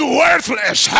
worthless